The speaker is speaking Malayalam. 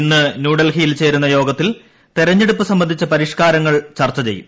ഇന്ന് ന്യൂഡൽഹിയിൽ ചേരുന്ന യോഗത്തിൽ തെരഞ്ഞെടുപ്പ് സംബന്ധിച്ച പരിഷ്കാരങ്ങൾ പ്പൂർച്ച ചെയ്യും